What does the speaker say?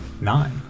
Nine